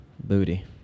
Booty